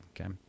Okay